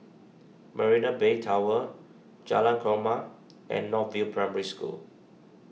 Marina Bay Tower Jalan Korma and North View Primary School